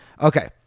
Okay